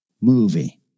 movie